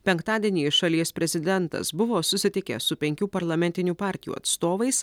penktadienį šalies prezidentas buvo susitikęs su penkių parlamentinių partijų atstovais